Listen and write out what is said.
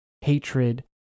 hatred